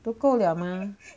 不够了吗